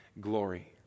glory